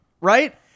right